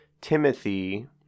Timothy